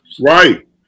Right